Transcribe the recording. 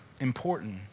important